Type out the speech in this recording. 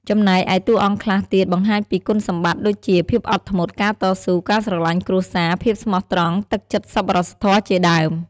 ចំណែកឯតួអង្គខ្លះទៀតបង្ហាញពីគុណសម្បត្តិដូចជា ភាពអត់ធ្មត់ ការតស៊ូ ការស្រឡាញ់គ្រួសារ ភាពស្មោះត្រង់ ទឹកចិត្តសប្បុរសធម៌ជាដើម ។